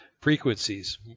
frequencies